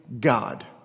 God